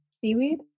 seaweed